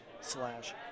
slash